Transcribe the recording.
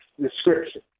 description